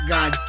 God